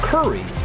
Curry